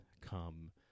come